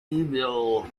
evil